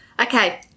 Okay